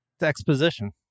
exposition